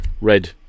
Red